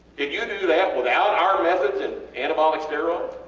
you do that without our methods and anabolic steroids?